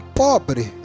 pobre